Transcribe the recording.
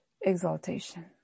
exaltation